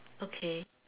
okay